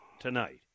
tonight